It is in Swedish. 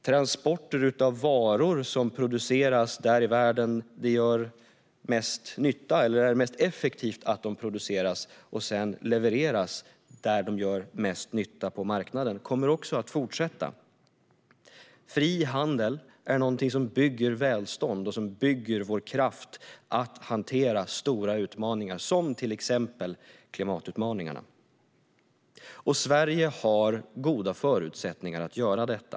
Transporter av varor som produceras där i världen de gör mest nytta eller är mest effektivt att de produceras och sedan levereras där de gör mest nytta på marknaden kommer också att fortsätta. Fri handel är någonting som bygger välstånd och bygger vår kraft att hantera stora utmaningar som till exempel klimatutmaningarna. Sverige har goda förutsättningar att göra detta.